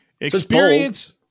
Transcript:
Experience